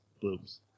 blooms